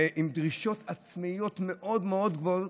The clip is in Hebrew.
עם דרישות עצמיות מאוד מאוד גבוהות,